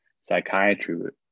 psychiatry